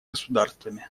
государствами